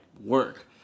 work